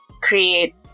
create